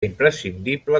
imprescindible